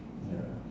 ya